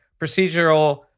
procedural